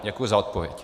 Děkuji za odpověď.